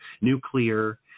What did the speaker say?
nuclear